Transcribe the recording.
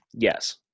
Yes